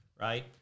right